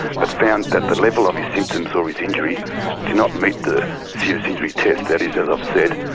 but found that the level of his symptoms or his injury did not meet the serious injury test, that is, as i've said,